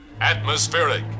Atmospheric